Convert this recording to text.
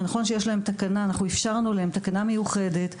אנחנו אפשרנו להם תקנה מיוחדת,